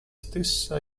stessa